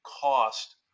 cost